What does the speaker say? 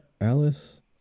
Alice